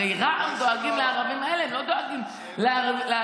הרי רע"מ דואגים לערבים האלה, הם לא דואגים לערבים